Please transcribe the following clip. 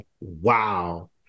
Wow